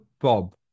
Bob